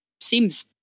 seems